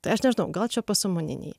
tai aš nežinau gal čia pasąmoniniai